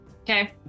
Okay